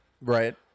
Right